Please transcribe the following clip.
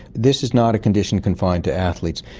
this is not a condition confined to athletes.